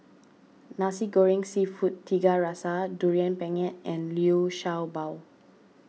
Nasi Goreng Seafood Tiga Rasa Durian Pengat and Liu Sha Bao